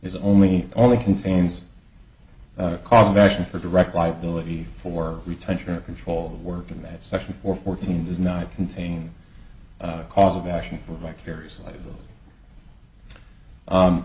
is only only contains a cause of action for direct liability for retention or control of work in that section four fourteen does not contain a cause of action for